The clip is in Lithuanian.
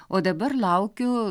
o dabar laukiu